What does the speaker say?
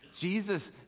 Jesus